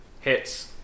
Hits